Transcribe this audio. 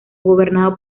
gobernado